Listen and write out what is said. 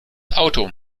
auto